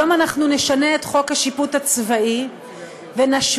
היום אנחנו נשנה את חוק השיפוט הצבאי ונשווה